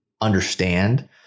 understand